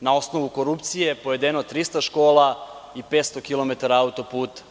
na osnovu korupcije pojedeno 300 škola i 500 km auto-puta.